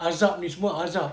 azab ni semua azab